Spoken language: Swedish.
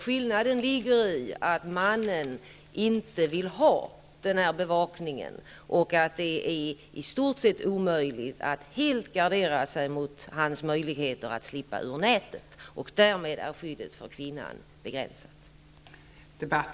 Skillnaden ligger i att mannen inte vill ha bevakningen, och det är i stort sett omöjligt att helt gardera sig mot hans möjligheter att slippa ur nätet. Därmed blir då skyddet för kvinnan begränsat.